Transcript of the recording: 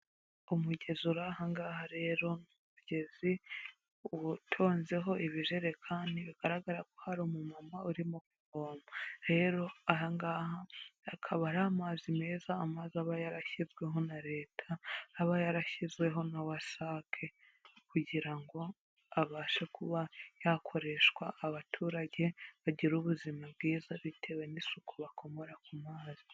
Umugezi uri ahangaha rero umugezi utonzeho ibijekani bigaragara ko hari umama urimo kuvoma, rero ahangaanga akaba ari amazi meza amazi aba yarashyizweho na leta aba yarashyizweho na wasake kugira ngo abashe kuba yakoreshwa abaturage bagire ubuzima bwiza bitewe n'isuku bakomora ku mazi.